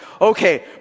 okay